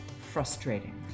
frustrating